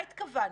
מה התכוונתם?